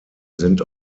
sind